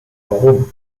warum